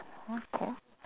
okay